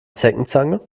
zeckenzange